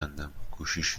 کندم، گوشیش